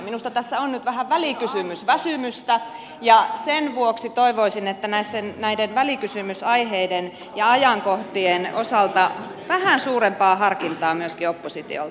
minusta tässä on nyt vähän välikysymysvä symystä ja sen vuoksi toivoisin näiden välikysymysaiheiden ja ajankohtien osalta vähän suurempaa harkintaa myöskin oppositiolta